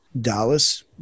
Dallas